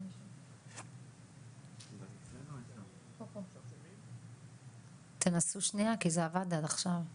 לאפשר למי שלמד בחו"ל לימודי תעודה גם לקבל תעודה באותו מקצוע פה